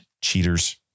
Cheaters